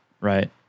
right